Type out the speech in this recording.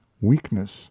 weakness